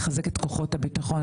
לחזק את כוחות הביטחון,